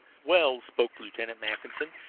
well, spoke lieutenant mackinson,